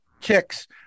chicks